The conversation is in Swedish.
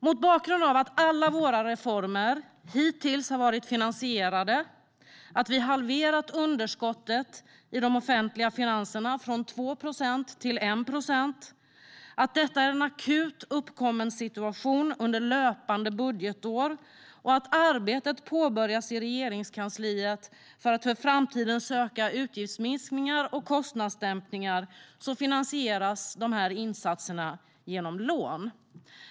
Mot bakgrund av att alla våra reformer hittills har varit finansierade, att vi har halverat underskottet i de offentliga finanserna från 2 procent till 1 procent, att detta är en akut uppkommen situation under löpande budgetår och att arbetet har påbörjats i Regeringskansliet för att för framtiden söka utgiftsminskningar och kostnadsdämpningar finansieras insatserna med lån.